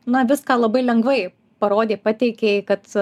na viską labai lengvai parodei pateikei kad